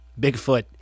Bigfoot